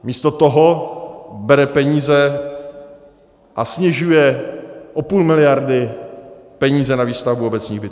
Místo toho bere peníze a snižuje o půl miliardy peníze na výstavbu obecních bytů.